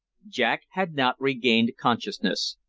jack had not regained consciousness,